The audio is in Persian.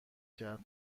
کرد